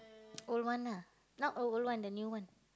old one ah not old old one the new one